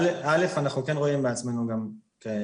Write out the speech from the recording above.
א', אנחנו כן רואים בעצמנו גם --- אה,